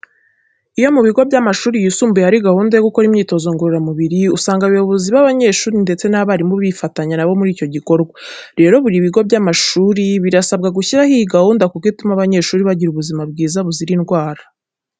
Iyo mu bigo by'amashuri yisumbuye hari gahunda yo gukora imyitozo ngororamubiri, usanga abayobozi b'abanyeshuri ndetse n'abarimu bifatanya na bo muri icyo gikorwa. Rero, buri bigo by'amashuri birasabwa gushyiraho iyi gahunda kuko ituma abanyeshuri bagira ubuzima bwiza buzira indwara.